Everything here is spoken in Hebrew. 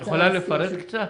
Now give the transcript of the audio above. את יכולה לפרט קצת?